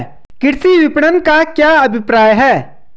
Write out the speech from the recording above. कृषि विपणन का क्या अभिप्राय है?